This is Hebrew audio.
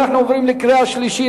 אנחנו עוברים לקריאה שלישית,